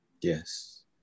Yes